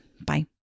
Bye